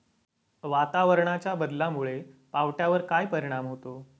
वातावरणाच्या बदलामुळे पावट्यावर काय परिणाम होतो?